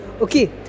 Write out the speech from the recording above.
okay